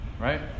Right